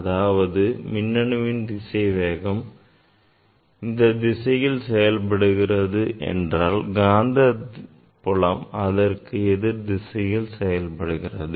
அதாவது மின்னணுவின் திசைவேகம் இந்த திசையில் செயல்படுகிறது என்றால் காந்தப்புலம் அதற்கு எதிர் திசையில் செயல்படுகிறது